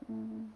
mm